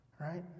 Right